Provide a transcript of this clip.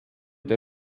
der